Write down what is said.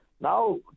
now